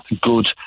good